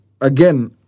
Again